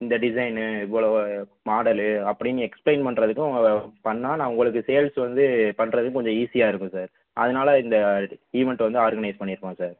இந்த டிசைன்னு இவ்வளவு மாடலு அப்படின்னு எக்ஸ்பிளைன் பண்ணுறதுக்கும் உங்கள் பண்ணால் நான் உங்களுக்கு சேல்ஸ் வந்து பண்ணுறதுக்கு கொஞ்சம் ஈசியாக இருக்கும் சார் அதனால் இந்த ஈவெண்ட் வந்து ஆர்கனைஸ் பண்ணியிருக்கோம் சார்